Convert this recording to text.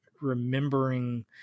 remembering